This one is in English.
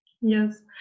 Yes